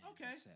Okay